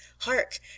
hark